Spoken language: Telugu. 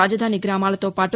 రాజధాని గ్రామాలతో పాటు